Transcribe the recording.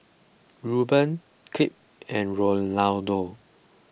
Rueben Kip and Rolando